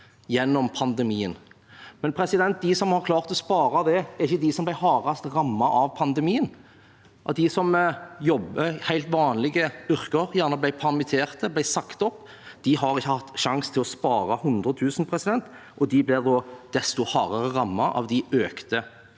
gjennom pandemien, men de som har klart å spare det, er ikke de som ble hardest rammet av pandemien. De som jobber helt vanlige yrker, som gjerne ble permitterte, eller ble sagt opp, har ikke hatt sjanse til å spare 100 000 kr. De blir da desto hardere rammet av de økte